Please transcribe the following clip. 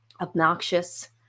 obnoxious